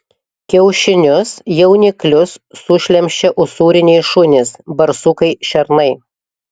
kiaušinius jauniklius sušlemščia usūriniai šunys barsukai šernai